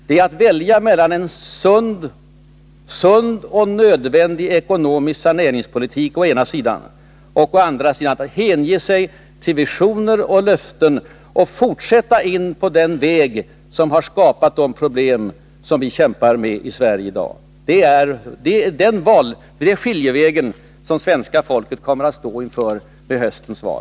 Vi kan välja en sund och nödvändig ekonomisk saneringspolitik å ena sidan och å andra sidan hänge oss åt visioner och löften och fortsätta in på den väg som har skapat de problem vi kämpar med i Sverige i dag. Det är den skiljevägen som svenska folket kommer att stå inför vid höstens val.